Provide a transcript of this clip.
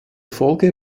folge